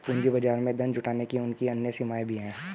पूंजी बाजार में धन जुटाने की उनकी अन्य सीमाएँ भी हैं